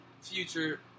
future